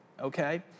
okay